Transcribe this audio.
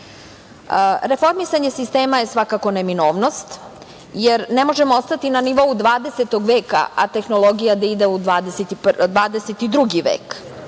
nepotizam. Reformisanje sistema je svakako neminovnost, jer ne možemo ostati na nivou 20. veka a tehnologija da ide u 22. vek.